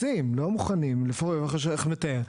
רוצים לא מוכנים איך שרון מתאר,